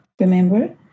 Remember